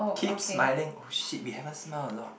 keep smiling oh shit we haven't smile a lot